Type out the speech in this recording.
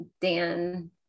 Dan